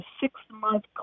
six-month